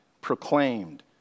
proclaimed